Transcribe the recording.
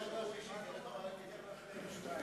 זאת פעם ראשונה בכנסת,